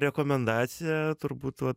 rekomendaciją turbūt vat